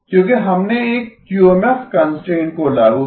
क्योंकि हमने एक क्यूएमएफ कंस्ट्रेंट को लागू किया